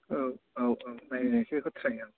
औ औ औ नायनायनोसै बेखौ ट्राइ आं